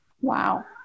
Wow